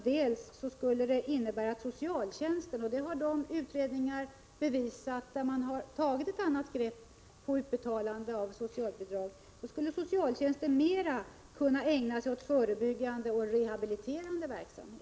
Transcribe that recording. Dessutom skulle det innebära att socialtjänsten — det har utredningar av fall där man har tagit ett annat grepp på utbetalandet av socialbidrag bevisat — mer skulle kunna ägna sig åt förebyggande och rehabiliterande verksamhet.